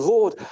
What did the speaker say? Lord